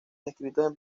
descritos